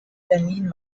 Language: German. berlin